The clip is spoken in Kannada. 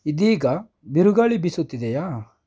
ಇದೀಗ ಬಿರುಗಾಳಿ ಬೀಸುತ್ತಿದೆಯೇ